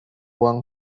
uang